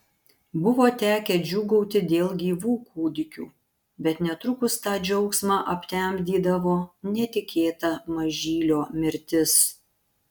buvo tekę džiūgauti dėl gyvų kūdikių bet netrukus tą džiaugsmą aptemdydavo netikėta mažylio mirtis